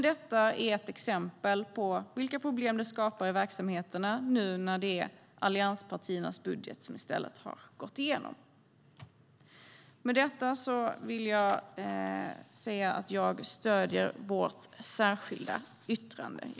Detta är ett exempel på vilka problem det skapar i verksamheterna nu när det är allianspartiernas budget som har gått igenom.